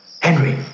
Henry